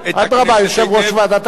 אדרבה, יושב-ראש ועדת הכנסת.